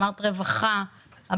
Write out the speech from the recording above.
אמרת רווחה,